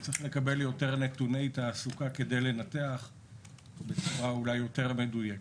צריך לקבל יותר נתוני תעסוקה כדי לנתח בצורה אולי יותר מדוייקת.